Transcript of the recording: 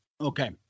Okay